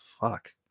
fuck